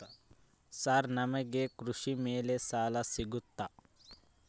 Sir ನಮಗೆ ಕೃಷಿ ಮೇಲೆ ಸಾಲ ಸಿಗುತ್ತಾ?